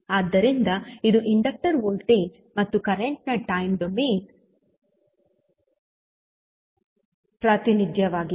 ಆದ್ದರಿಂದ ಇದು inductor voltage ಮತ್ತು ಕರೆಂಟ್ ನ ಟೈಮ್ ಡೊಮೇನ್ ಪ್ರಾತಿನಿಧ್ಯವಾಗಿದೆ